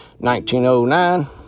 1909